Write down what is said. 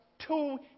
two